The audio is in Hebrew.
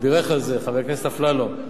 ובירך על זה חבר הכנסת אפללו,